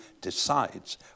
decides